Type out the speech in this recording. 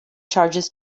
charges